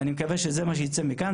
ואני מקווה שזה מה שייצא מכאן.